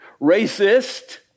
racist